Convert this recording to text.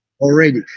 Already